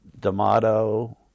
D'Amato